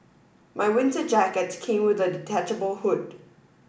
my winter jacket came with a detachable hood